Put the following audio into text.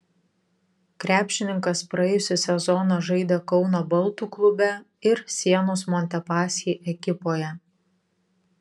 krepšininkas praėjusį sezoną žaidė kauno baltų klube ir sienos montepaschi ekipoje